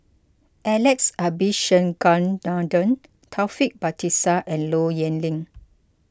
Alex Abisheganaden Taufik Batisah and Low Yen Ling